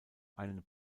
einen